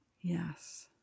yes